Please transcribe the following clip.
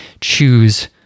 choose